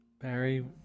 Barry